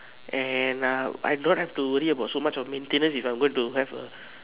and uh I don't have to worry about so much of maintenance if I'm going to have a